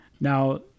Now